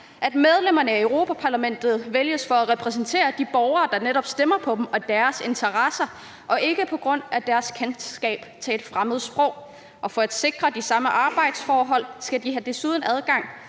Medlemmerne af Europa-Parlamentet vælges for at repræsentere de borgere, der stemmer på dem, og deres interesser – de vælges ikke på grundlag af deres kendskab til fremmedsprog. Og for at sikre de samme arbejdsforhold for alle skal de desuden have